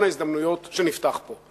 ההזדמנויות שנפתח פה.